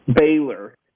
Baylor